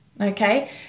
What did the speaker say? Okay